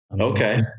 Okay